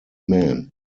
men